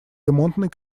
ремонтный